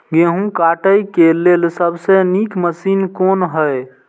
गेहूँ काटय के लेल सबसे नीक मशीन कोन हय?